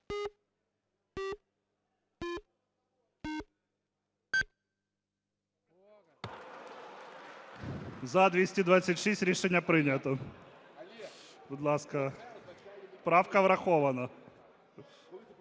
За-226 Рішення прийнято. Будь ласка, правка врахована.